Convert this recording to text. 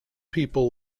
people